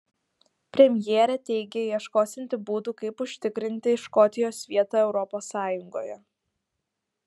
premjerė teigia ieškosianti būdų kaip užtikrinti škotijos vietą europos sąjungoje